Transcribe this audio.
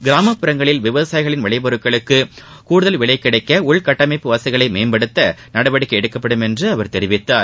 கிராமப்புறங்களில் விவசாயிகளின் விளைப்பொருட்களுக்கு கூடுதல் விலை கிடைக்க உள்கட்டமைப்பு வசதிகளை மேம்படுத்த நடவடிக்கை எடுக்கப்படும் என்று அவர் தெரிவித்தார்